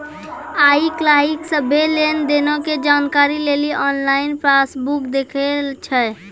आइ काल्हि सभ्भे लेन देनो के जानकारी लेली आनलाइन पासबुक देखै छै